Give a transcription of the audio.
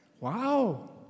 Wow